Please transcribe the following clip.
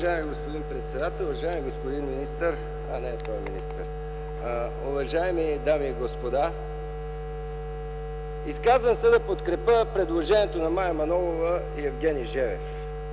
уважаеми господин председател! Уважаеми господин министър, уважаеми дами и господа! Изказвам се, за да подкрепя предложението на Мая Манолова и Евгений Желев